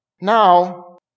Now